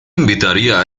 invitaría